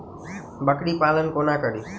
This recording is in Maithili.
बकरी पालन कोना करि?